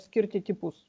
skirti tipus